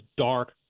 dark